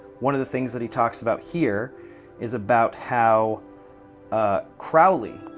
one of the things that he talks about here is about how ah crowley,